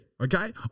okay